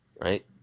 right